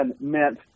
meant